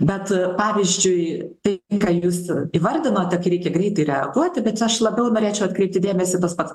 bet pavyzdžiui tai ką jūs įvardinote reikia greitai reaguoti bet aš labiau norėčiau atkreipti dėmesį tas pats